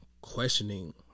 questioning